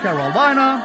Carolina